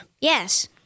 Yes